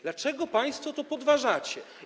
Dlaczego państwo to podważacie?